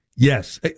Yes